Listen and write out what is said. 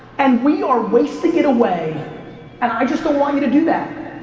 and we are wasting it away and i just don't want you to do that.